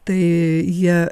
tai jie